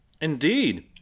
Indeed